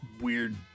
weird